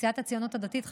סיעת הציונות הדתית,